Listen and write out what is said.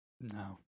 No